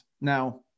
Now